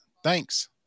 thanks